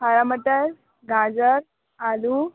हरा मटर गाजर आलू